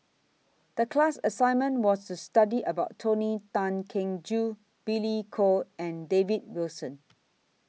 The class assignment was to study about Tony Tan Keng Joo Billy Koh and David Wilson